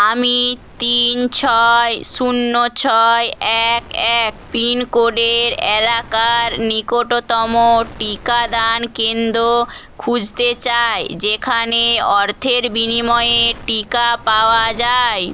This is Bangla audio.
আমি তিন ছয় শূন্য ছয় এক এক পিনকোডের এলাকার নিকটতম টিকাদান কেন্দ্র খুঁজতে চাই যেখানে অর্থের বিনিময়ে টিকা পাওয়া যায়